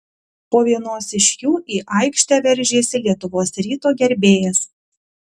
po vienos iš jų į aikštę veržėsi lietuvos ryto gerbėjas